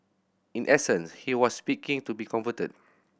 in essence he was speaking to be converted